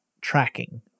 tracking